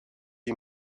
you